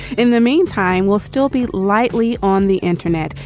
in the meantime, we'll still be lightly on the internet.